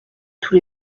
tous